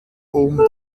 den